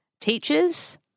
Teachers